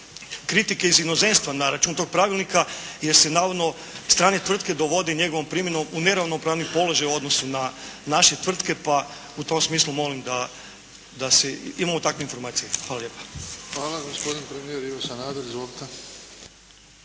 kritike iz inozemstva na račun tog pravilnika, jer se navodno strane tvrtke dovode njegovom primjenom u neravnopravni položaj u odnosu na naše tvrtke, pa u tom smislu molim da imamo takve informacije. Hvala lijepa. **Bebić, Luka (HDZ)** Hvala. Gospodin premijer Ivo Sanader. Izvolite.